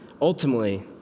Ultimately